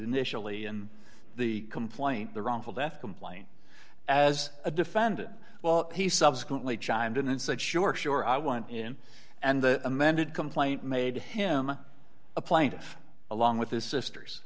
initially in the complaint the wrongful death complaint as a defendant well he subsequently chimed in and said sure sure i went in and the amended complaint made him a plaintiff along with his sisters